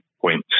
points